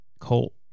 Colt